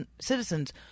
citizens